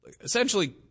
essentially